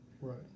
right